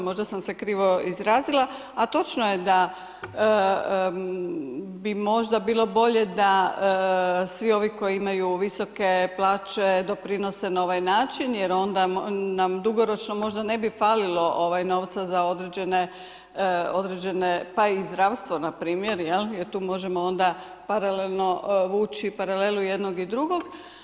Možda sam se krivo izrazila, a točno je da bi možda bilo bolje da svi ovi koji imaju visoke plaće doprinose na ovaj način jer onda nam dugoročno možda ne bi falilo novca za određene pa i zdravstvo na primjer jer tu možemo onda paralelno vući paralelu jednog i drugog.